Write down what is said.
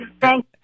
Thank